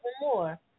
more